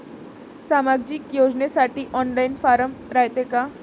सामाजिक योजनेसाठी online form रायते का?